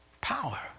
power